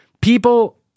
People